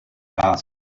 asked